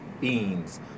Beans